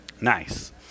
Nice